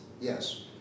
Yes